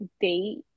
date